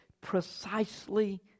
precisely